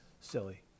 silly